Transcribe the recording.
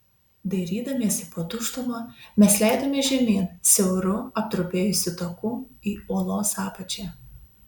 dairydamiesi po tuštumą mes leidomės žemyn siauru aptrupėjusiu taku į uolos apačią